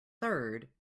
third